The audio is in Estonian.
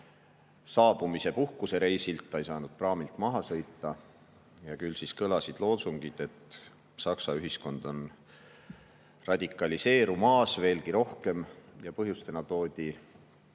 saabumise puhkusereisilt, ta ei saanud praamilt maha sõita. Küll siis kõlasid loosungid, et Saksa ühiskond on radikaliseerumas veelgi rohkem, ja põhjustena toodi